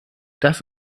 das